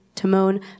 Timon